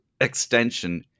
extension